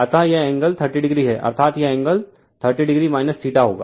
अतः यह एंगल 30° है अर्थात् यह एंगल 30o होगा